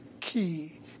key